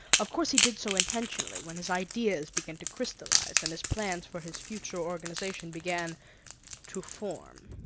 of course, he did so intentionally, when his ideas began to crystallize and his plans for his future organization began to form.